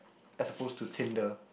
as opposed to Tinder